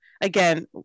Again